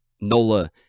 Nola